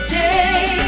day